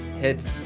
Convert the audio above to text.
hits